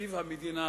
מתקציב המדינה,